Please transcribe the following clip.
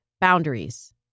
boundaries